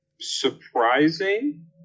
surprising